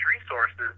resources